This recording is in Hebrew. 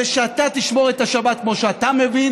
זה שאתה תשמור את השבת כמו שאתה מבין